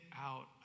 out